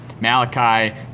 Malachi